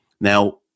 Now